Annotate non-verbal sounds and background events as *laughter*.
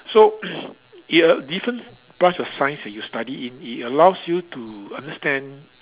so *noise* the different branch of science that you study in it allows you to understand